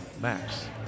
Max